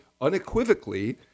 unequivocally